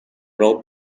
raw